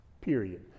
period